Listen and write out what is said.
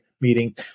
Meeting